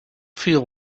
feel